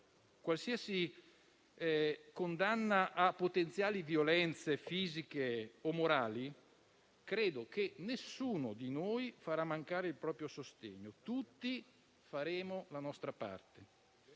qualsiasi condanna a potenziali violenze, fisiche o morali, credo che nessuno di noi farà mancare il proprio sostegno e tutti faremo la nostra parte.